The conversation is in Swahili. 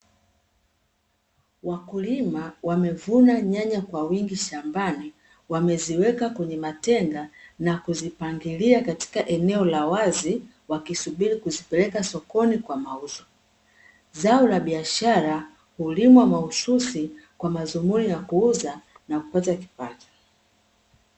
Wakulima wamevuna nyanya kwa wingi shambani wameziweka kwenye matenga na kuzipangilia katika eneo la wazi, wakisubiri kuzipeleka sokoni kwa mauzo. Zao la biashara hulimwa mahususi kwa madhumuni ya kuuza na kupata kipato.